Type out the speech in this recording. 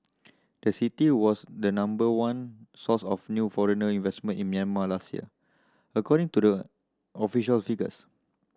the city was the number one source of new foreigner investment in Myanmar last year according to the official figures